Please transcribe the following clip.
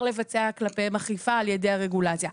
לבצע כלפיהם אכיפה על ידי הרגולציה.